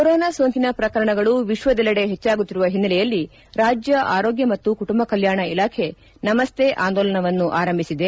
corona ಸೋಂಕಿನ ಪ್ರಕರಣಗಳು ವಿಶ್ವದಲ್ಲೆಡ ಹೆಚ್ಚಾಗುತ್ತಿರುವ ಹಿನ್ನೆಲೆಯಲ್ಲಿ ರಾಜ್ಯ ಆರೋಗ್ಯ ಮತ್ತು ಕುಟುಂಬ ಕಲ್ನಾಣ ಇಲಾಖೆ ನಮಸ್ತೆ ಆಂದೋಲನವನ್ನು ಆರಂಭಿಸಿದೆ